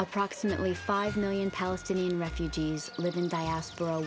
approximately five million palestinian refugees living diaspora